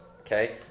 Okay